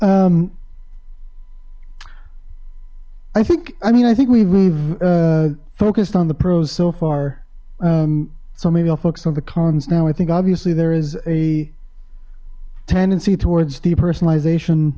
i think i mean i think we've focused on the pros so far so maybe i'll focus on the cons now i think obviously there is a tendency towards depersonalization